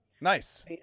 Nice